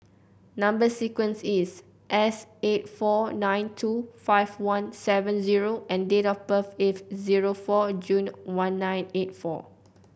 number sequence is S eight four nine two five one seven zero and date of birth is zero four June one nine eight four